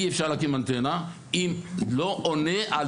אי אפשר להקים אנטנה אם לא עונה על